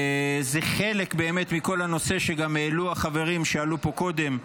זה חלק מכל הנושא שגם העלו החברים שעלו לפה קודם,